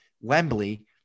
Wembley